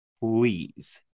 please